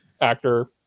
actor